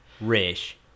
Rish